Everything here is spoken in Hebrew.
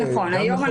נכון, היום זה